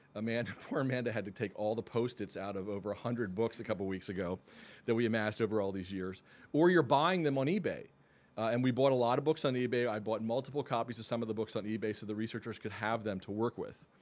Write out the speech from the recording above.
ah man, poor amanda had to take all the post-its out of over a hundred books a couple weeks ago that we amassed over all these years or you're buying them on ebay and we bought a lot of books on ebay. i bought multiple copies of some of the books on ebay so the researchers could have them to work with.